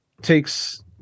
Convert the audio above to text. takes